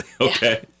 Okay